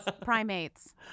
primates